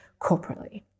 corporately